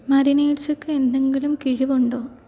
മറിനേഡ്സക്ക് എന്തെങ്കിലും കിഴിവുണ്ടോ